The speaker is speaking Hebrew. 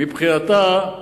מבחינתה,